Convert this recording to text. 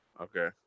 Okay